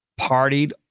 partied